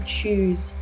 choose